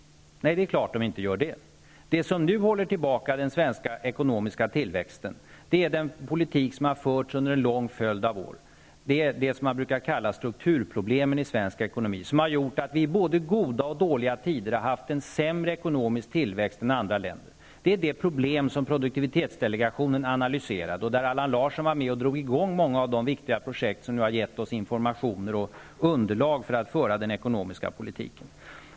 Nej, det är klart att de inte gör det. Det som nu håller tillbaka den svenska ekonomiska tillväxten är den politik som har förts under en lång följd av år. Det är det som man brukar kalla strukturproblemen i svensk ekonomi som gjort att vi i både goda och dåliga tider har haft en sämre ekonomisk tillväxt än andra länder. Det är det problemet som produktivitetsdelegationen analyserade, där Allan Larsson var med och drog igång många av de viktiga projekt som nu har gett oss information och underlag för att föra den ekonomiska politiken.